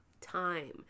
time